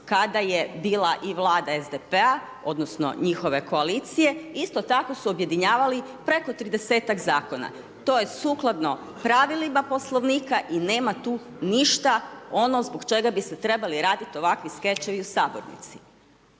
kada je bila i vlada SDP-a, odnosno njihove koalicije, isto tako su objedinjavali preko 30-tak zakona, to je sukladno pravilima Poslovnika i nema tu ništa ono zbog čega bi se trebali ovakvi skečevi u sabornici.